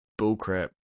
bullcrap